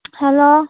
hello